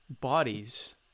bodies